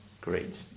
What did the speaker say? Great